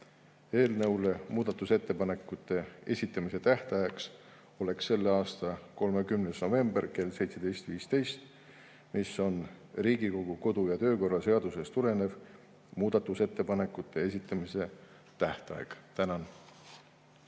Eelnõu kohta muudatusettepanekute esitamise tähtajaks oleks selle aasta 30. november kell 17.15, mis on Riigikogu kodu‑ ja töökorra seadusest tulenev muudatusettepanekute esitamise tähtaeg. Tänan!